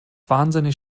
wahnsinnig